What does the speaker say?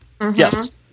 Yes